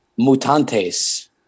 Mutantes